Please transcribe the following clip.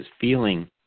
feeling